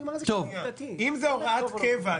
אני אומר את זה --- אם זה הוראת קבע,